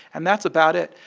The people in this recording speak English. and that's about it.